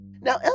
Now